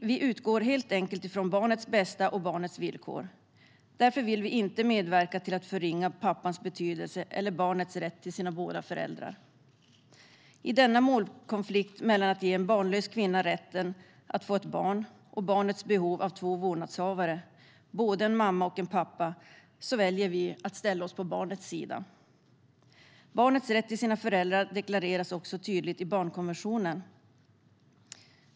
Vi utgår helt enkelt från barnets bästa och barnets villkor. Därför vill vi inte medverka till att förringa pappans betydelse eller barnets rätt till båda sina föräldrar. I målkonflikten mellan att ge en barnlös kvinna rätten att få ett barn och barnets behov av två vårdnadshavare, både en mamma och en pappa, väljer vi att ställa oss på barnets sida. Barnets rätt till sina föräldrar deklareras också tydligt i barnkonventionen.